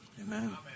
amen